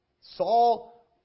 Saul